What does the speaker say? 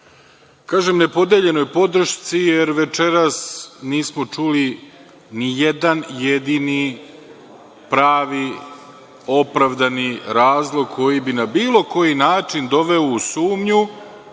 Kažem nepodeljenoj podršci, jer večeras nismo čuli ni jedan jedini pravi, opravdani razlog koji bi na bilo koji način doveo u sumnju